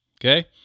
okay